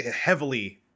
heavily